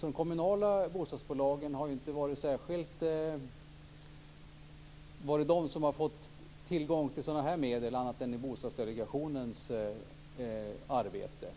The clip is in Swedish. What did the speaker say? De kommunala bostadsbolagen har ju inte fått tillgång till sådana här medel annat än i Bostadsdelegationens arbete.